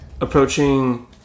approaching